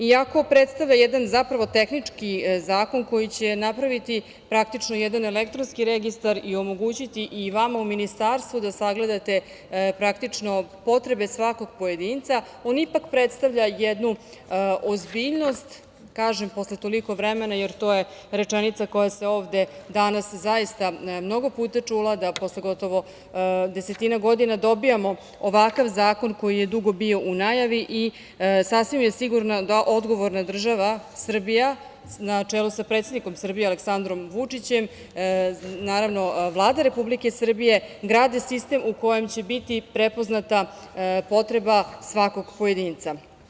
Iako predstavlja jedan zapravo tehnički zakon koji će napraviti praktično jedan elektronski registar i omogućiti i vama u ministarstvu da sagledate praktično potrebe svakog pojedinca on ipak predstavlja jednu ozbiljnost, kažem, posle toliko vremena jer to je rečenica koja se ovde danas zaista mnogo puta čula da posle gotovo desetina godina dobijamo ovakav zakon koji je dugo bio u najavi i sasvim je sigurno da odgovorna država Srbija na čelu sa predsednikom Srbije, Aleksandrom Vučićem, Vlada Republike Srbije, grade sistem u kojem će biti prepoznata potreba svakog pojedinca.